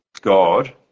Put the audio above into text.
God